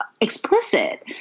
explicit